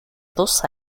dos